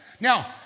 now